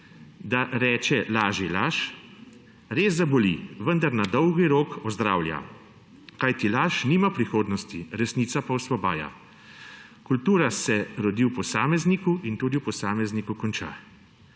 da reče laži laž, res zaboli, vendar na dolgi rok ozdravlja, kajti laž nima prihodnosti, resnica pa osvobaja. Kultura se rodi v posamezniku in tudi v posamezniku konča.